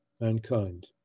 mankind